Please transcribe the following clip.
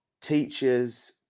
teachers